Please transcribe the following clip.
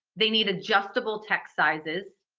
they need adjustable text sizes.